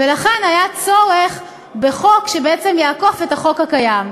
ולכן היה צורך בחוק שיעקוף את החוק הקיים.